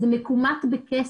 זה מכומת בכסף.